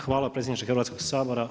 Hvala predsjedniče Hrvatskog sabora.